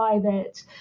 private